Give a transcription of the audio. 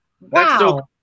Wow